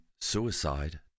suicide